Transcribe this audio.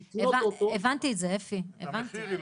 הבנתי את זה אפי, הבנתי.